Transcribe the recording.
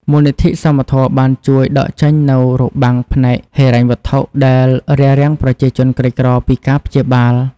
មូលនិធិសមធម៌បានជួយដកចេញនូវរបាំងផ្នែកហិរញ្ញវត្ថុដែលរារាំងប្រជាជនក្រីក្រពីការព្យាបាល។